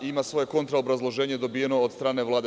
Ima svoje kontra obrazloženje dobijeno od strane Vlade.